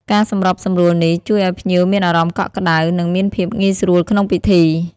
ការសម្របសម្រួលនេះជួយឱ្យភ្ញៀវមានអារម្មណ៍កក់ក្តៅ និងមានភាពងាយស្រួលក្នុងពិធី។